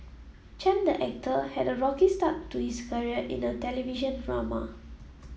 Chen the actor had a rocky start to his career in the television drama